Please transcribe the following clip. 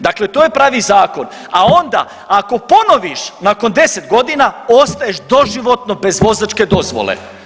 Dakle, to je pravi zakon, a onda ako ponoviš nakon 10 godina ostaješ doživotno bez vozačke dozvole.